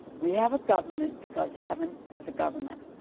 we have a government because heaven has a government.